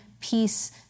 peace